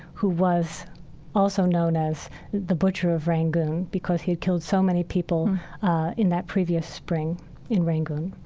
who was also known as the butcher of rangoon because he'd killed so many people in that previous spring in rangoon.